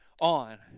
on